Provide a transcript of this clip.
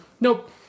Nope